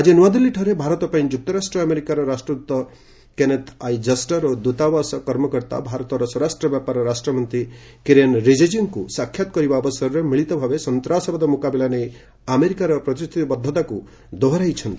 ଆକି ନୂଆଦିଲ୍ଲୀଠାରେ ଭାରତ ପାଇଁ ଯୁକ୍ତରାଷ୍ଟ୍ର ଆମେରିକାର ରାଷ୍ଟ୍ରଦୃତ କେନିଥ୍ ଆଇ ଜଷ୍ଟର୍ ଓ ଦୃତାବାସ କର୍ମକର୍ତ୍ତା ଭାରତର ସ୍ୱରାଷ୍ଟ୍ର ବ୍ୟାପାର ରାଷ୍ଟ୍ରମନ୍ତ୍ରୀ କିରେନ୍ ରିଜିଜୁଙ୍କୁ ସାକ୍ଷାତ କରିବା ଅବସରରେ ମିଳିତ ଭାବେ ସନ୍ତାସବାଦ ମୁକାବିଲା ନେଇ ଆମେରିକାର ପ୍ରତିଶ୍ରତିବଦ୍ଧତାକୁ ଦୋହରାଇଛନ୍ତି